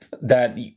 That-